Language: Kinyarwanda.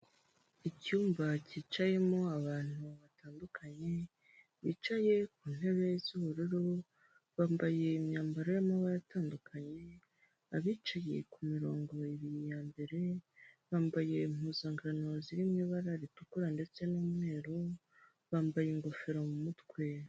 Icyumba kicayemo abantu batandukanye, bicaye ku ntebe z'ubururu bambaye imyambaro y'amabara atandukanye, abicaye ku mirongo ibiri ya mbere bambaye impuzankano ziri mu ibara ritukura ndetse n'umweru, bambaye ingofero mu mutwe.